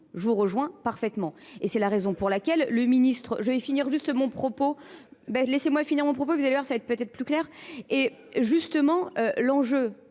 je vous rejoins parfaitement. Et c'est la raison pour laquelle le ministre... Je vais finir juste mon propos. Laissez-moi finir mon propos, vous allez voir, ça va être peut-être plus clair. Et justement, l'enjeu